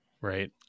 right